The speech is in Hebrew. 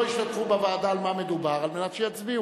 השתתפו בוועדה על מה מדובר כדי שיצביעו.